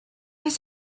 his